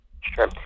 Sure